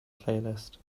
playlist